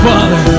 Father